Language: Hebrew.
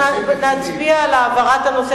אתה יודע כמה זמן כבר עובדים על הרכבת?